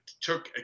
took